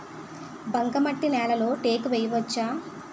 బంకమట్టి నేలలో టేకు వేయవచ్చా?